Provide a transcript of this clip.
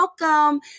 welcome